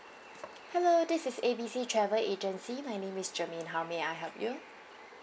hello this is A B C travel agency my name is germaine how may I help you